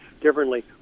differently